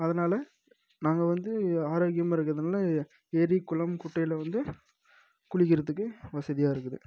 அதனால நாங்கள் வந்து ஆரோக்கியமாக இருக்கிறதுனால ஏரி குளம் குட்டையில் வந்து குளிக்கிறத்துக்கு வசதியாக இருக்குது